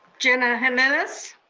jena jimenez.